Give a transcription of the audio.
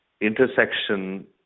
intersection